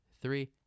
three